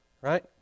right